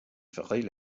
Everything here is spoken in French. ferait